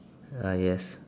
uh yes